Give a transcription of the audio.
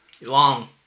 Long